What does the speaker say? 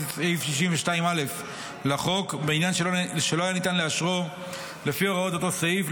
סעיף 62א לחוק בעניין שלא היה ניתן לאשרו לפי הוראות אותו סעיף,